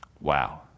Wow